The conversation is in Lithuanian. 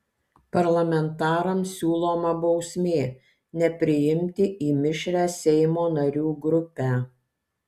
parlamentarams siūloma bausmė nepriimti į mišrią seimo narių grupę